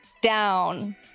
down